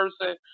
person